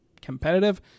competitive